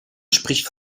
spricht